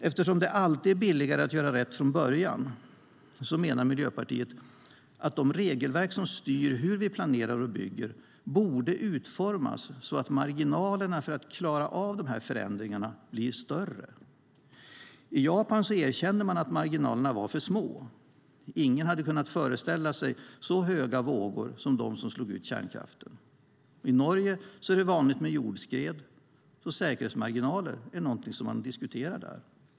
Eftersom det alltid är billigare att göra rätt från början menar Miljöpartiet att de regelverk som styr hur vi planerar och bygger borde utformas så att marginalerna för att klara av dessa förändringar blir större. I Japan erkänner man att marginalerna var för små - ingen hade kunnat föreställa sig så höga vågor som de som slog ut kärnkraften. I Norge är det vanligt med jordskred, och säkerhetsmarginaler är någonting man diskuterar där.